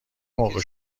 موقع